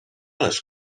les